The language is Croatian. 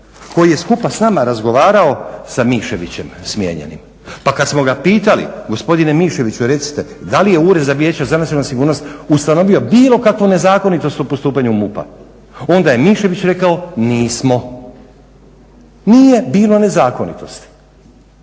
koji je skupa s nama razgovarao sa Miševićem smijenjeni pa kad smo ga pitali gospodine Miševiću recite da li je Ured Vijeća za nacionalnu sigurnost ustanovio bilo kakvu nezakonitost u postupanju MUP-a, onda je Mišević rekao nismo. Nije bilo nezakonitosti.